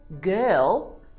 girl